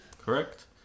correct